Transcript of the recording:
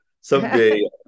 Someday